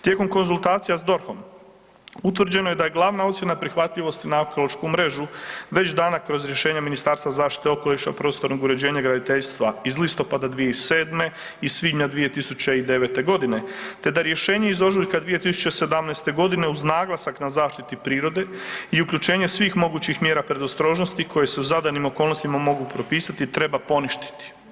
Tijekom konzultacija s DORH-om utvrđeno je da je glavna ocjena prihvatljivosti na ekološku mrežu već dana kroz rješenja Ministarstva zaštite okoliša, prostornog uređenja i graditeljstva iz listopada 2007. i iz svibnja 2009.g., te da rješenje iz ožujka 2017.g. uz naglasak na zaštiti prirode i uključenje svih mogućih mjera predostrožnosti koje se u zadanim okolnostima mogu propisati treba poništiti.